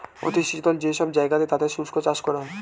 অতি শীতল যে সব জায়গা তাতে শুষ্ক চাষ করা হয়